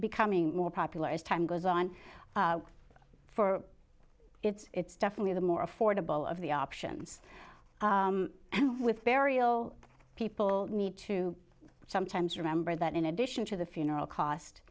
becoming more popular as time goes on for it's it's definitely the more affordable of the options and with burial people need to sometimes remember that in addition to the funeral cost